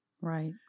Right